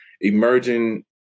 emerging